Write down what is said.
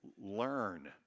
learn